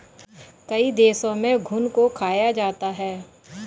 कई देशों में घुन को खाया जाता है